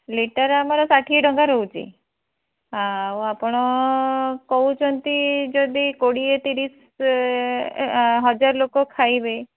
litre ଆମର ଷାଠିଏ ଟଙ୍କା ରହୁଛି ଆଉ ଆପଣ କହୁଛନ୍ତି ଯଦି କୋଡ଼ିଏ ତିରିଶ ହଜାର ଲୋକ ଖାଇବେ